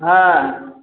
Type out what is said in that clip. हाँ